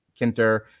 Kinter